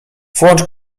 włącz